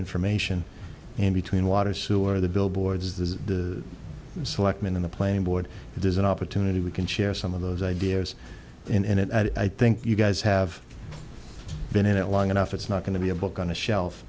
information and between water sewer the billboards the selectmen in the playing board there's an opportunity we can share some of those ideas and it i think you guys have been in it long enough it's not going to be a book on the shelf